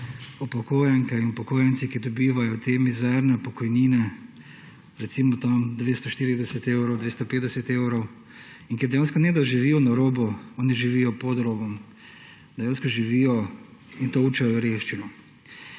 upokojenke in upokojenci, ki dobivajo te mizerne pokojnine, recimo 240 evrov, 250 evrov, in dejansko ne da živijo na robu, oni živijo pod robom. Dejansko živijo in tolčejo revščino.